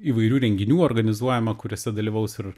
įvairių renginių organizuojama kuriuose dalyvaus ir